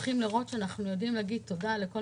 אנחנו צריכים לראות שאנחנו יודעים להגיד תודה לכל